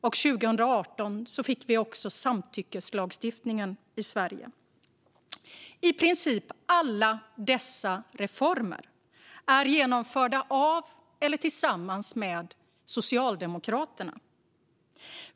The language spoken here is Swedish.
År 2018 fick vi också en samtyckeslagstiftning i Sverige. I princip alla dessa reformer är genomförda av eller tillsammans med Socialdemokraterna.